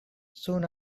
soon